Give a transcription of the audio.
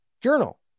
journal